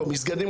או מסגדים,